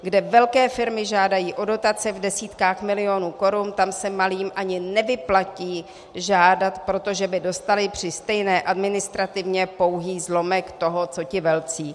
Kde velké firmy žádají o dotace v desítkách milionů korun, tam se malým ani nevyplatí žádat, protože by dostaly při stejné administrativě pouhý zlomek toho co ti velcí.